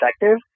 effective